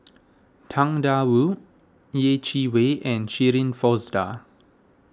Tang Da Wu Yeh Chi Wei and Shirin Fozdar